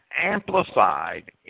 amplified